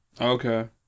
Okay